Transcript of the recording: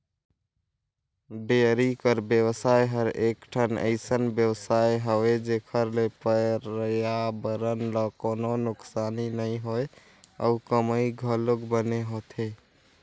dairy कर बेवसाय हर एकठन अइसन बेवसाय हवे जेखर ले परयाबरन ल कोनों नुकसानी नइ होय अउ कमई घलोक बने होथे